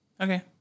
Okay